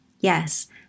Yes